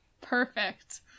Perfect